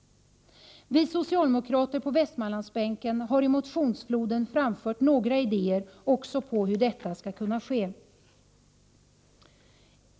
Vi socialdemokrater på Västmanlandsbänken har i motionsfloden framfört några idéer också om hur detta skall kunna ske.